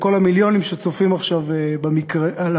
לכל המיליונים שצופים עכשיו במרקע,